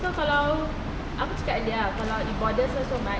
so kalau aku cakap dengan dia ah kalau it bothers her so much